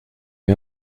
wir